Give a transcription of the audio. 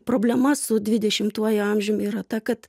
problema su dvidešimtuoju amžium yra ta kad